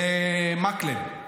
זה מקלב.